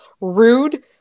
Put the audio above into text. rude